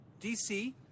DC